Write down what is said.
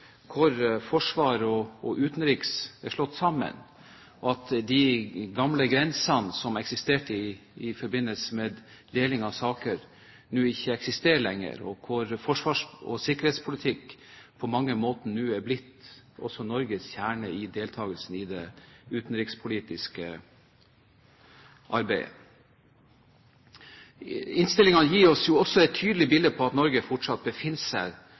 hvor forsvarssaker og utenrikssaker er slått sammen. De gamle grensene som eksisterte i forbindelse med deling av saker, eksisterer ikke lenger. Forsvars- og sikkerhetspolitikk er på mange måter nå blitt Norges kjerne i deltakelsen i det utenrikspolitiske arbeidet. Innstillingene gir oss også et tydelig bilde av at Norge fortsatt befinner seg